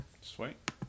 Sweet